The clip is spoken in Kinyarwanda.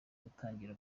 gutangira